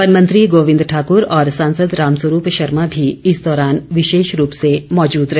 one मंत्री गोविंद ठाकुर और सांसद राम स्वरूप शर्मा भी इस दौरान विशेष रूप से मौजूद रहे